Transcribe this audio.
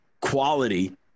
quality